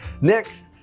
Next